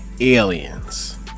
aliens